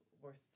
worth